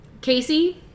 Casey